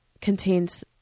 contains